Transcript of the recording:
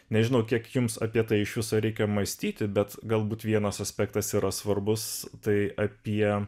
nežinau kiek jums apie tai iš viso reikia mąstyti bet galbūt vienas aspektas yra svarbus tai apie